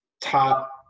top